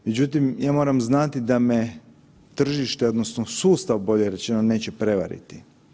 Međutim, ja moram znati da me tržište odnosno sustav bolje rečeno, neće prevariti.